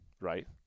right